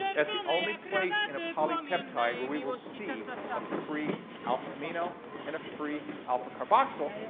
that's the only place in a polypeptide where we will see a free alpha amino and a free alpha carboxyl.